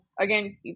again